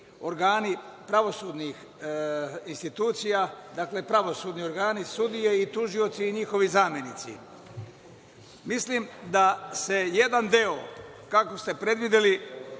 pravosudnih institucija, dakle, pravosudni organi, sudije, tužioci i njihovi zamenici. Mislim da se jedan deo, kako ste predvideli,